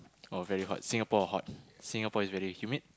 oh very hot Singapore hot Singapore is very humid